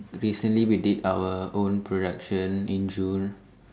recently we did our own production in June